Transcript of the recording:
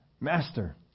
master